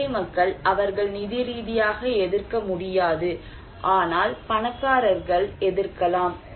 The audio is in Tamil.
ஏழை மக்கள் அவர்கள் நிதி ரீதியாக எதிர்க்க முடியாது ஆனால் பணக்காரர்கள் எதிர்க்கலாம்